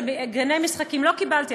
גני משחקים לא קיבלתי,